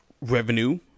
revenue